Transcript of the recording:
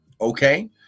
Okay